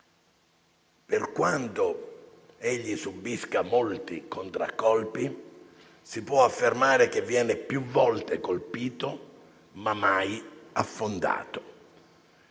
Per quanto egli subisca molti contraccolpi, si può affermare che viene più volte colpito, ma mai affondato.